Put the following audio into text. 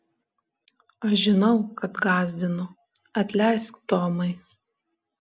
aš žinau kad gąsdinu atleisk tomai